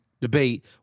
Debate